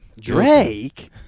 Drake